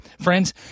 Friends